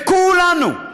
וכולנו,